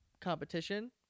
competition